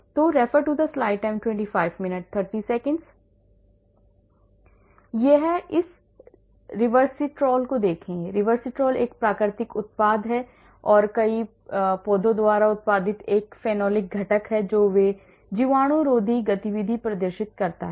तो इस Resveratrol को देखो Resveratrol एक प्राकृतिक उत्पाद है और कई पौधों द्वारा उत्पादित एक फेनोलिक घटक है और वे जीवाणुरोधी गतिविधि प्रदर्शित करते हैं